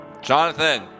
Jonathan